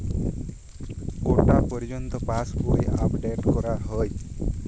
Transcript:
কটা পযর্ন্ত পাশবই আপ ডেট করা হয়?